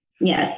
Yes